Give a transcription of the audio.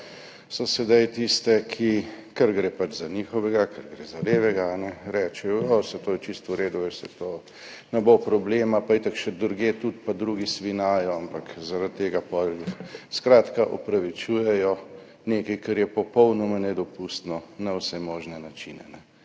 so sedaj tiste, ki, ker gre pač za njihovega, ker gre za levega, rečejo, saj to je čisto v redu, saj to ne bo problema, itak še drugje tudi drugi svinjajo, ampak zaradi tega potem opravičujejo nekaj, kar je popolnoma nedopustno, na vse možne načine.